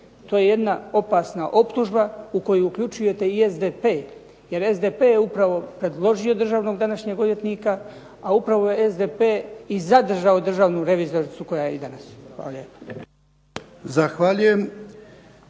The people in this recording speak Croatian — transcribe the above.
to je jedna opasna optužba u koju uključujete i SDP, jer SDP je upravo predložio državnog današnjeg odvjetnika, a upravo je SDP i zadržao državnu revizoricu koja je i danas. Hvala